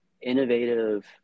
innovative